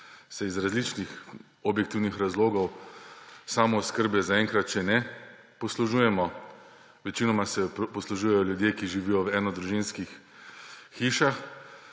se iz različnih objektivnih razlogov samooskrbe zaenkrat še ne poslužujemo, večinoma se poslužujejo ljudje, ki živijo v enodružinskih hišah.